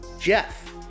Jeff